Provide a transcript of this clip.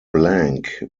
blanc